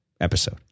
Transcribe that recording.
episode